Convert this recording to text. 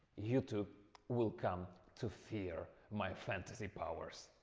youtube will come to fear my fantasy powers.